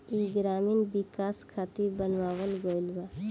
ई ग्रामीण विकाश खातिर बनावल गईल बा